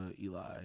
Eli